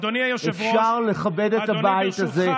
אדוני היושב-ראש, אפשר לכבד את הבית הזה.